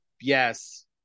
yes